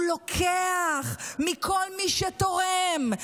הוא לוקח מכל מי שתורם,